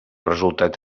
resultat